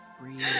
Breathe